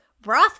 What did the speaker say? broth